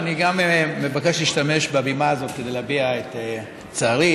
אני מבקש להשתמש בבמה הזאת כדי להביע את צערי,